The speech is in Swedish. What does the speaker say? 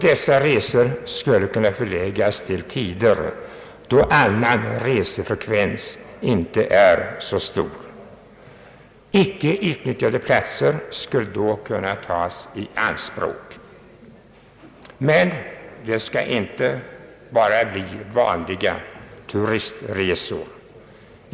Dessa resor skulle kunna förläggas till tider då annan resefrekvens inte är så stor. Icke utnyttjade platser skulle då kun na tas i anspråk. Men det skall inte bara bli vanliga turistresor.